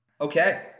Okay